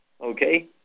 Okay